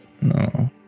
No